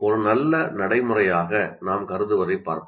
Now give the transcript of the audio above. ஒரு நல்ல நடைமுறையாக நாம் கருதுவதைப் பார்ப்போம்